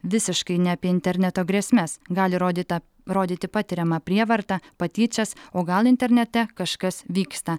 visiškai ne apie interneto grėsmes gali rodyta rodyti patiriamą prievartą patyčias o gal internete kažkas vyksta